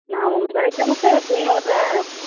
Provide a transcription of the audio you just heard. நான் உங்கள் கடைக்கு தானேக்கா எப்பயும் வர்றேன்